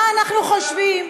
מה אנחנו חושבים?